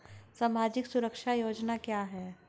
सामाजिक सुरक्षा योजना क्या है?